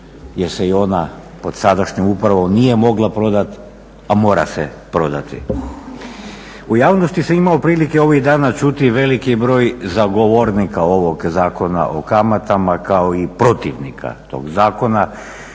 jer se i ona pod sadašnjom upravom nije mogla prodati, a mora se prodati. U javnosti se imalo prilike ovih dana čuti veliki broj zagovornika ovog Zakona o kamatama, kao i protivnika tog zakona,